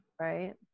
right